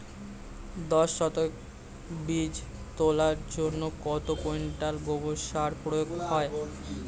দশ শতক বীজ তলার জন্য কত কুইন্টাল গোবর সার প্রয়োগ হয়?